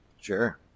Sure